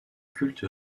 culte